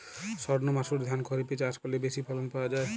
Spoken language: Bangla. সর্ণমাসুরি ধান খরিপে চাষ করলে বেশি ফলন পাওয়া যায়?